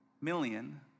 million